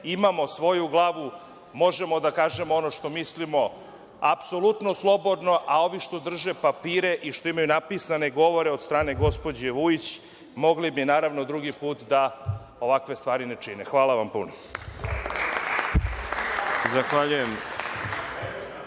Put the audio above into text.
Imamo svoju glavu, možemo da kažemo ono što mislimo apsolutno slobodno, a ovi što drže papire i što imaju napisane govore od strane gospođe Vujić mogli bi, naravno, drugi put da ovakve stvari ne čine. Hvala vam puno.